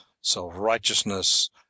self-righteousness